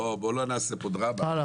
בואו לא נעשה פה דרמה.